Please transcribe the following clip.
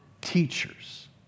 teachers